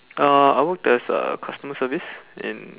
uh I worked as uh customer service in